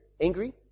angry